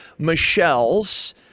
Michelles